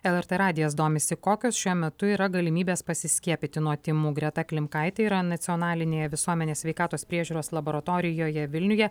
lrt radijas domisi kokios šiuo metu yra galimybės pasiskiepyti nuo tymų greta klimkaitė yra nacionalinėje visuomenės sveikatos priežiūros laboratorijoje vilniuje